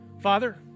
Father